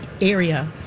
area